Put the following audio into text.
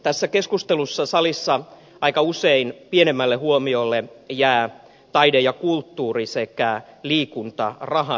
tässä keskustelussa salissa aika usein pienemmälle huomiolle jää taide ja kulttuuri sekä liikuntarahat